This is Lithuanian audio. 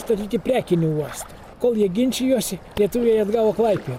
statyti prekinį uostą kol jie ginčijosi lietuviai atgavo klaipė